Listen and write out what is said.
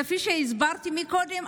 כפי שהסברתי קודם,